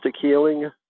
healing